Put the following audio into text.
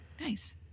nice